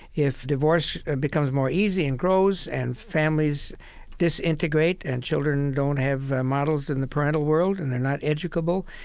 if divorce becomes more easy and grows and families disintegrate and children don't have models in the parental world and they're not educable,